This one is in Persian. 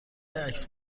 عکس